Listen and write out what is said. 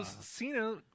Cena